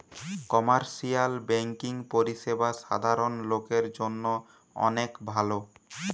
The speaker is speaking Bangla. কমার্শিয়াল বেংকিং পরিষেবা সাধারণ লোকের জন্য অনেক ভালো